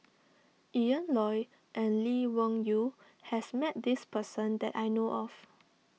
Ian Loy and Lee Wung Yew has met this person that I know of